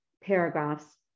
paragraphs